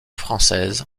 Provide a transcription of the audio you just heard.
française